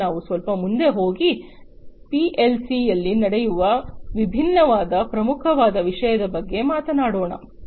ಈಗ ನಾವು ಸ್ವಲ್ಪ ಮುಂದೆ ಹೋಗಿ ಪಿಎಲ್ಸಿಯಲ್ಲಿ ನಡೆಯುವ ವಿಭಿನ್ನವಾದ ಪ್ರಮುಖವಾದ ವಿಷಯದ ಬಗ್ಗೆ ಮಾತನಾಡೋಣ